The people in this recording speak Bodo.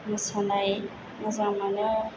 मोसानाय मोजां मोनो